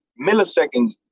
milliseconds